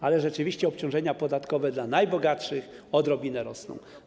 Ale rzeczywiście obciążenia podatkowe dla najbogatszych odrobinę rosną.